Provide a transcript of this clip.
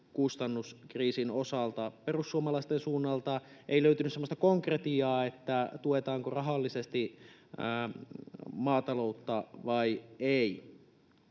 kustannuskriisin osalta. Perussuomalaisten suunnalta ei löytynyt semmoista konkretiaa, tuetaanko maataloutta rahallisesti vai ei.